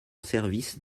service